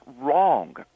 wrong